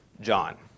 John